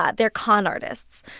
ah they're con artists.